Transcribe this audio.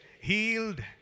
healed